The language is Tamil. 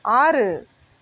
ஆறு